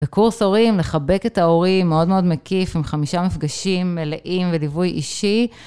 בקורס הורים לחבק את ההורים מאוד מאוד מקיף עם חמישה מפגשים מלאים וליווי אישי.